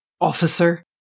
officer